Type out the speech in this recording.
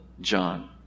John